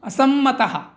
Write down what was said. असम्मतः